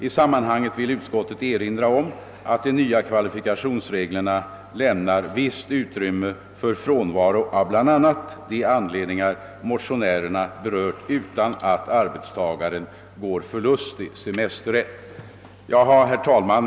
I samhanhanget vill utskottet erinra om att de nya kvalifikationsreglerna lämnar visst utrymme för frånvaro av bl.a. de anledningar motionärerna berört utan att arbetstagaren går förlustig semesterrätt.» Herr talman!